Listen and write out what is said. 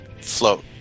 float